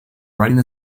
writing